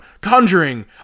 Conjuring